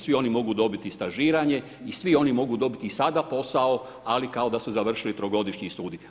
Svi oni mogu dobiti stažiranje i svi oni mogu dobiti i sada posao ali kao da su završili trogodišnji studij.